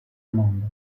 mondo